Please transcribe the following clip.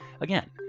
again